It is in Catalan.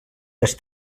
les